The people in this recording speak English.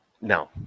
no